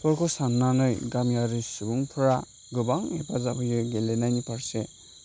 बेफोरखौ सान्नानै गामियारि सुबुंफोरा गोबां हेफाजाब होयो गेलेनायनि फारसे